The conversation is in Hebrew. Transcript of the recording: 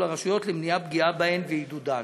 לרשויות למניעת פגיעה בהן ועידודן.